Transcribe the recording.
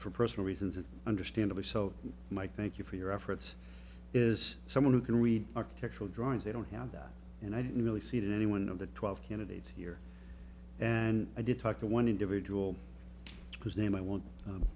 for personal reasons and understandably so my thank you for your efforts is someone who can read architectural drawings they don't have that and i didn't really see that any one of the twelve candidates here and i did talk to one individual who's name i won't